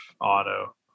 Auto